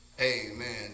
Amen